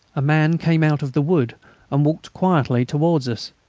a man came out of the wood and walked quietly towards us.